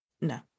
no